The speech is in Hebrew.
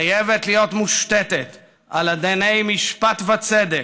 חייבת להיות מושתתת על אדני משפט וצדק,